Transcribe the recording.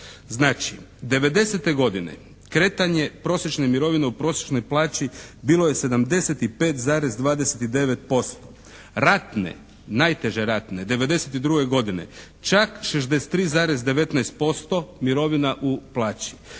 Znači 90-te godine kretanje prosječne mirovine u prosječnoj plaći bilo 75,29%. Ratne, najteže ratne '92. godine čak 63,19% mirovina u plaći.